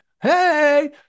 hey